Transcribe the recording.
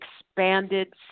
expanded